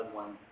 one